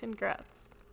Congrats